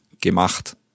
gemacht